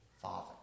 father